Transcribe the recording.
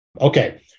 Okay